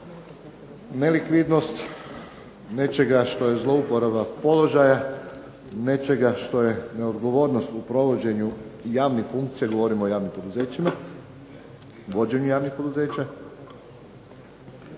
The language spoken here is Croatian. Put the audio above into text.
nelikvidnost nečega, što je zlouporaba položaja nečega, što je neodgovornost u provođenju javnih funkcija, govorimo o javnim poduzećima vođenju javnih poduzeća.